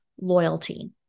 loyalty